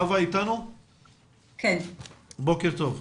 חוה, בוקר טוב.